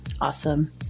Awesome